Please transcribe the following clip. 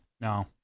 No